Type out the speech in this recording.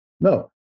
No